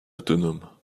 autonome